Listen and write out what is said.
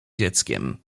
dzieckiem